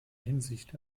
hinsicht